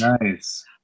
Nice